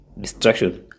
distraction